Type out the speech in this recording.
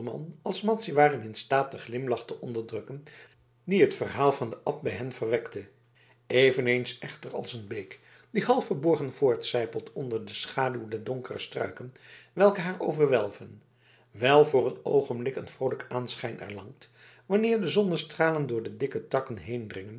als madzy waren in staat den glimlach te onderdrukken dien het verhaal van den abt bij hen verwekte eveneens echter als een beek die half verborgen voortsijpelt onder de schaduw der donkere struiken welke haar overwelven wel voor een oogenblik een vroolijk aanschijn erlangt wanneer de zonnestralen door de dikke takken heendringen